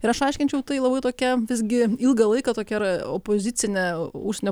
ir aš aiškinčiau tai labai tokia visgi ilgą laiką tokia ir opozicine užsienio